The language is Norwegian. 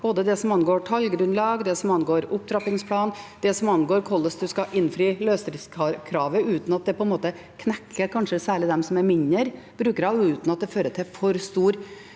både det som angår tallgrunnlag, det som angår opptrappingsplan, og det som angår hvordan en skal innfri løsdriftskravet uten at det på en måte knekker kanskje særlig dem som er mindre, og uten at det fører til for stor